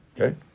Okay